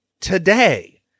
today